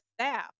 staff